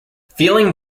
feeling